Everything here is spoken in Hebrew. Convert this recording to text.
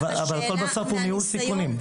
אבל הכל בסוף הוא ניהול סיכונים.